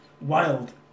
wild